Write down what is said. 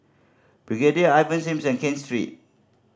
Brigadier Ivan Simson Ken Street